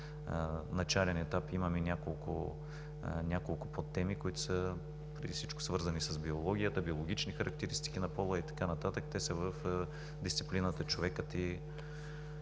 в начален етап имаме няколко подтеми, които са преди всичко свързани с биологията: биологични характеристики на пола и така нататък. Те са в дисциплината „Човекът и